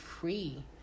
free